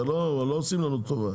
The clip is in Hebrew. הן לא עושות לנו טובה.